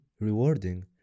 rewarding